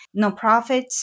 Nonprofits